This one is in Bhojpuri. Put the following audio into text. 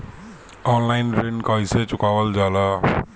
ऑनलाइन ऋण कईसे चुकावल जाला?